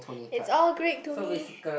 it's all great to me